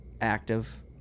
active